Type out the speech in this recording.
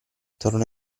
tornò